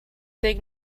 big